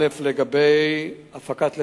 ראשית, לגבי הפקת לקחים.